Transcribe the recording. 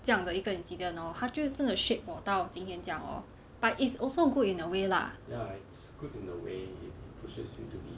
这样的一个 incident hor 他就真的 shape 我到今天这样 lor but it's also good in a way lah